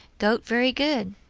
goat very good,